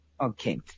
Okay